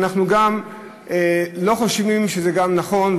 ואנחנו גם לא חושבים שזה נכון,